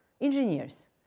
engineers